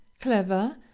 clever